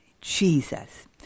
Jesus